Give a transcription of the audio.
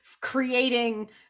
creating